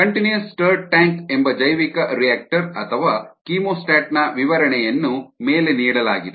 continuous stirred tank ಎಂಬ ಜೈವಿಕರಿಯಾಕ್ಟರ್ ಅಥವಾ ಕೀಮೋಸ್ಟಾಟ್ನ ವಿವರಣೆಯನ್ನು ಮೇಲೆ ನೀಡಲಾಗಿದೆ